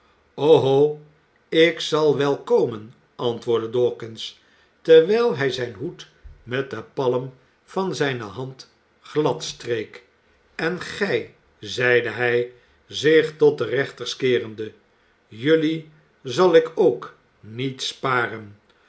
oho ik zal wel komen antwoordde dawkins terwijl hij zijn hoed met de palm van zijne hand gladstreek en gij zeide hij zich tot de rechters keerende jelui zal ik ook niet sparen